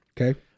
Okay